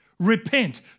Repent